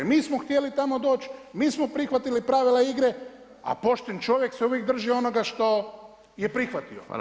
Mi smo htjeli tamo doć, mi smo prihvatili pravila igre, a pošten čovjek se uvijek drži onoga što je prihvatio.